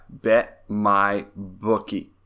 BetMyBookie